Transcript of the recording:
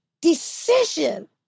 decision